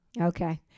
Okay